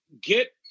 get